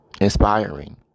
Inspiring